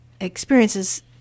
experiences